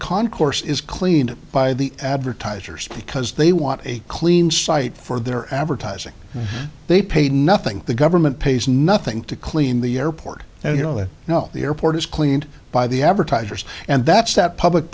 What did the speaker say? concourse is cleaned by the advertisers because they want a clean site for their advertising they pay nothing the government pays nothing to clean the airport you know that you know the airport is cleaned by the advertisers and that's that public